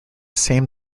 same